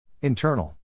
internal